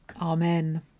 Amen